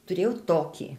turėjau tokį